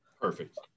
Perfect